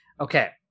Okay